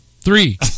Three